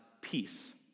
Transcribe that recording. peace